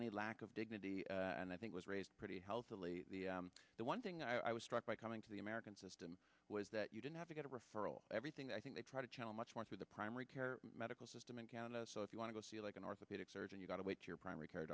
any lack of dignity and i think was raised pretty healthily the one thing i was struck by coming to the american system was that you didn't have to get a referral everything i think they try to tell much more through the primary care medical system in canada so if you want to go see like an orthopedic surgeon you've got to wait your primary care